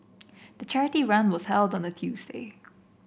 the charity run was a Tuesday